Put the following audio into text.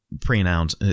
pre-announce